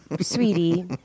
Sweetie